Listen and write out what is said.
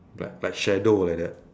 black like shadow like that